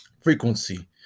frequency